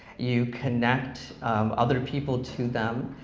you connect other people to them,